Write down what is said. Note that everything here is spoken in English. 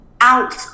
out